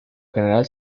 general